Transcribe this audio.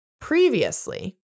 previously